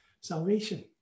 salvation